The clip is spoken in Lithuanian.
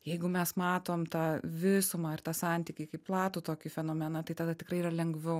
jeigu mes matom tą visumą ir tą santykį kaip platų tokį fenomeną tai tada tikrai yra lengviau